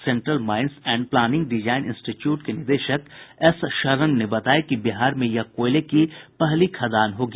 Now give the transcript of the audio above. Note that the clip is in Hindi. central Mines and Planning Design Institute के निदेशक एस शरण ने बताया कि बिहार में यह कोयले की पहली खदान होगी